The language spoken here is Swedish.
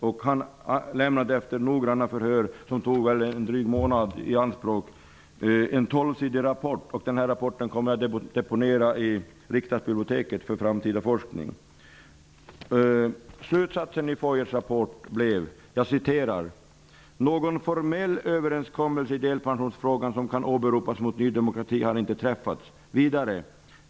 Efter mycket noggranna förhör som tog en dryg månad i anspråk avlämnade han en tolvsidig rapport, som kommer att deponeras i Slutsatsen i Lars Foyers rapport löd: ''Någon formell överenskommelse i delpensionsfrågan som kan åberopas mot Ny demokrati har inte träffats.